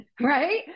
Right